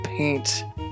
Paint